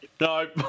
No